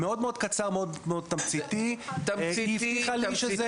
משהו מאוד קצר ותמציתי והיא הבטיחה לי שזה